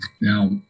Now